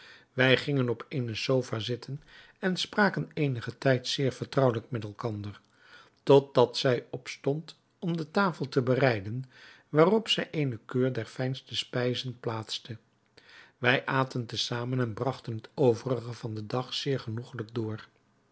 wij gingen op eene sofa zitten en spraken eenigen tijd zeer vertrouwelijk met elkander tot dat zij opstond om de tafel te bereiden waarop zij eene keur der fijnste spijzen plaatste wij aten te zamen en bragten het overige van den dag zeer genoegelijk door